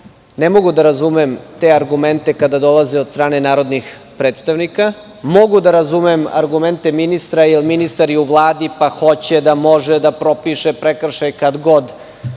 Ne mogu da razumem te argumente kada dolaze od strane narodnih predstavnika. Mogu da razumem argumente ministra, jer je Ministar u Vladi pa hoće da može da propiše prekršaj kad god